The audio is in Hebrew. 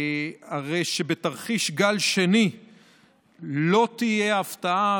הרי שבתרחיש גל שני לא תהיה הפתעה.